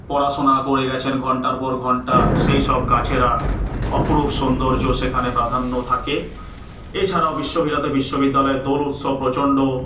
পড়াশোনা করে গেছেন ঘন্টার পর ঘন্টা সেইসব গাছেরা অপরূপ সৌন্দর্য সেখানে প্রাধান্য থাকে এছাড়াও বিশ্বভারতী বিশ্ববিদ্যালয়ের দোল উৎসব প্রচণ্ড